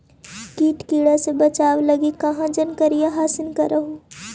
किट किड़ा से बचाब लगी कहा जानकारीया हासिल कर हू?